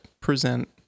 present